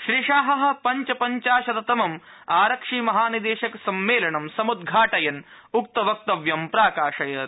श्रीशाह पञ्चपञ्चाशतमं आरक्षि महानिदेशक सम्मेलनं समुद्घाटयन् उक्त वक्तव्यं प्रकाशयत्